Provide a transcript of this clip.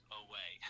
away